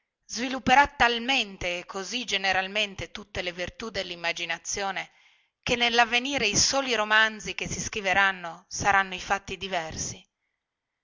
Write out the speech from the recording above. svilupperà talmente e così generalmente tutte le risorse dellimmaginazione che nellavvenire i soli romanzi che si scriveranno saranno i fatti diversi